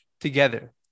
together